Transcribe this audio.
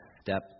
step